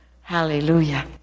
Hallelujah